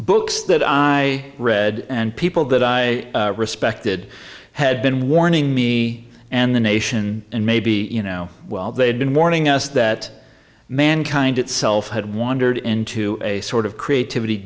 books that i read and people that i respected had been warning me and the nation and maybe you know well they had been warning us that mankind itself had wandered into a sort of creativity